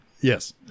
Yes